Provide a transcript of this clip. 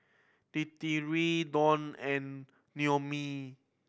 Dititri Donn and Noemie